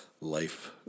life